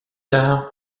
tard